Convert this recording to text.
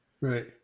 Right